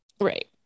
Right